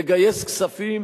לגייס כספים,